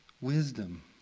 wisdom